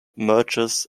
mergers